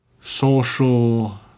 social